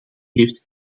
heeft